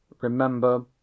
remember